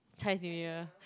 Chinese-New-Year